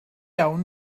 iawn